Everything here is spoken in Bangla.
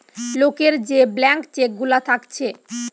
লোকের যে ব্ল্যান্ক চেক গুলা থাকছে